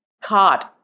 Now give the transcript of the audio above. card